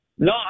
No